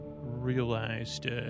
Realized